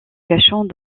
cachant